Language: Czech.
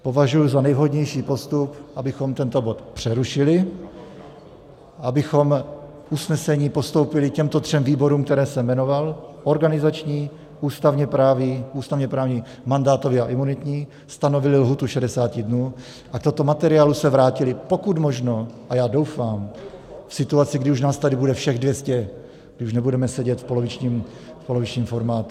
Považuji za nejvhodnější postup, abychom tento bod přerušili, abychom usnesení postoupili těmto třem výborům, které jsem jmenoval, organizační, ústavněprávní, mandátový a imunitní, stanovili lhůtu 60 dnů a k tomuto materiálu se vrátili pokud možno, a já doufám, v situaci, kdy už nás tady bude všech 200, kdy už nebudeme sedět v polovičním formátu.